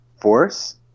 force